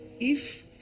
if